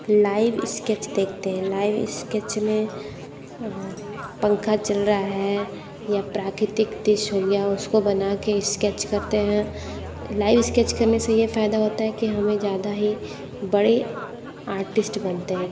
live sketch देखते हैं live sketch में पंखा चल रहा है या प्राकृतिक दृश्य हो गया उसको बनाके स्केच करते हैं लाइव स्कैच करने ये फायदा होता है कि हमें ज़्यादा ही बड़े आर्टिस्ट बनते हैं